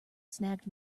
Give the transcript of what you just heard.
snagged